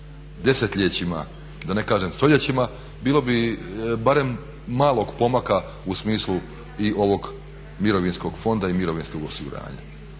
desetljećima, da ne kažem stoljećima bilo bi barem malog pomaka u smislu i ovog Mirovinskog fonda i mirovinskog osiguranja.